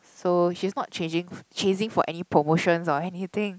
so she's not chasing chasing for any promotions or anything